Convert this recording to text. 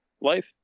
life